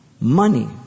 money